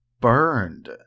burned